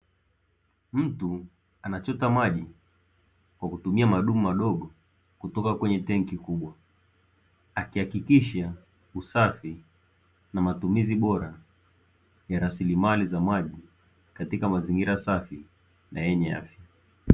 Mtu anachota maji kwa kutumia madumu madogo kutoka kwenye tanki kubwa, akihakikisha usafi na matumizi bora ya rasilimali za maji katika mazingira safi na yenye afya.